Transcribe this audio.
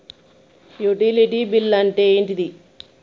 Utility bill అంటే ఏంటిది?